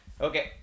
Okay